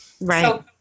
right